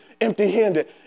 empty-handed